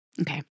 Okay